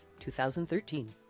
2013